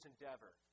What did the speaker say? endeavor